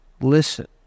Listen